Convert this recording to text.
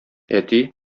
әти